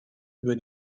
über